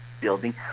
building